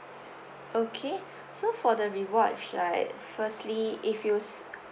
okay so for the rewards right firstly if you s~